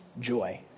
joy